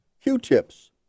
Q-tips